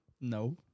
No